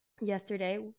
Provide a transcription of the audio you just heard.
yesterday